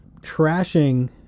trashing